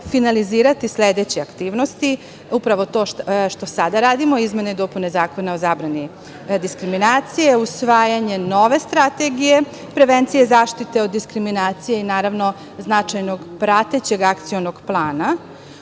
finalizirati sledeće aktivnosti, upravo to što sada radimo – izmene i dopune Zakona o zabrani diskriminacije, usvajanje nove strategije prevencije i zaštite od diskriminacije i, naravno, značajnog pratećeg akcionog plana,